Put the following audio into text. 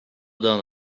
done